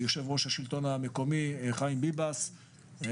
יושב-ראש השלטון המקומי חיים ביבס,